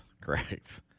Correct